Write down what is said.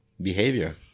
behavior